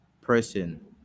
person